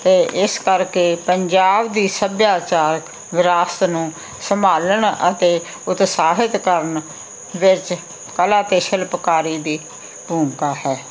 ਅਤੇ ਇਸ ਕਰਕੇ ਪੰਜਾਬ ਦੀ ਸੱਭਿਆਚਾਰਕ ਵਿਰਾਸਤ ਨੂੰ ਸੰਭਾਲਣ ਅਤੇ ਉਤਸਾਹਿਤ ਕਰਨ ਵਿੱਚ ਕਲਾ ਅਤੇ ਸ਼ਿਲਪਕਾਰੀ ਦੀ ਭੂਮਿਕਾ ਹੈ